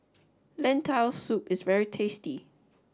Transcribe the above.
Lentil Soup is very tasty